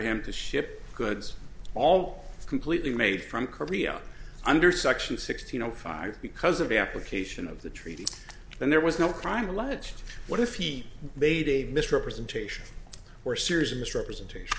him to ship goods all completely made from korea under section sixty no five because of the application of the trees and there was no crime alleged what if he made a misrepresentation or series of misrepresentation